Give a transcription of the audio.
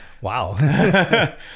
wow